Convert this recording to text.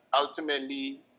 ultimately